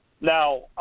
Now